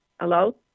Hello